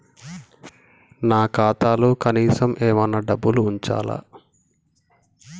నా ఖాతాలో కనీసం ఏమన్నా డబ్బులు ఉంచాలా?